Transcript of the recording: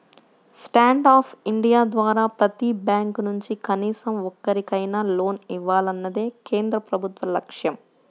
stand up India ద్వారా ప్రతి bank నుంచి కనీసం ఒక్కరికైనా లోన్ ఇవ్వాలన్నదే కేంద్ర ప్రభుత్వ లక్ష్యం